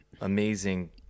Amazing